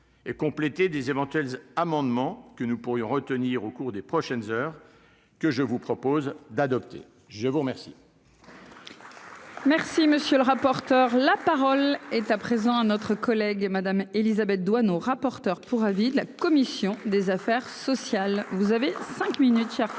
et complétée des éventuels amendements que nous pourrions retenir au cours des prochaines heures que je vous propose d'adopter, je vous remercie.